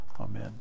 amen